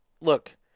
look